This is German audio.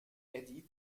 eddie